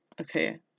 okay